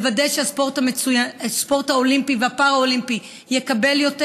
לוודא שהספורט האולימפי והפאראלימפי יקבל יותר,